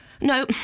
No